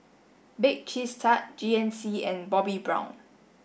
bake Cheese Tart G N C and Bobbi Brown